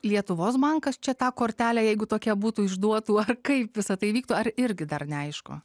lietuvos bankas čia tą kortelę jeigu tokia būtų išduotų ar kaip visa tai vyktų ar irgi dar neaišku